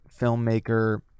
filmmaker